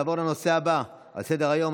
נעבור לנושא הבא על סדר-היום,